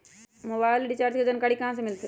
Mobile recharge के जानकारी कहा से मिलतै?